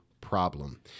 problem